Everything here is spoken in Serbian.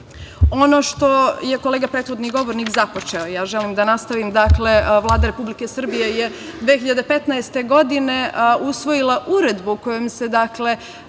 što je kolega prethodni govornik započeo, ja želim da nastavim. Dakle, Vlada Republike Srbije je 2015. godine usvojila Uredbu kojom se